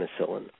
penicillin